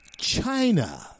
China